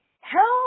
help